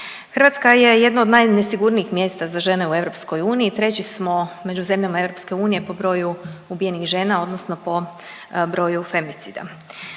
Hrvatska je jedna od najnesigurnijih mjesta za žene u EU. Treći smo među zemljama EU po broju ubijenih žena, odnosno po broju femicida.